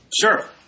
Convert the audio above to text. Sure